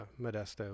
Modesto